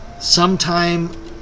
Sometime